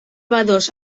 bados